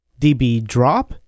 dbdrop